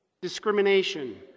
discrimination